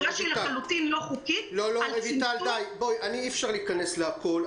אי אפשר להיכנס להכל.